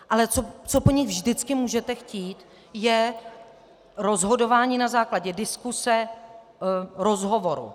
Ale co po nich vždycky můžete chtít, je rozhodování na základě diskuse, rozhovoru.